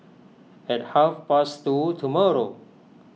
at half past two tomorrow